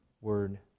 word